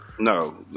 No